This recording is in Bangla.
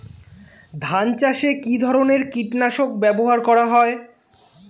ধান চাষে কী ধরনের কীট নাশক ব্যাবহার করা হয়?